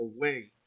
away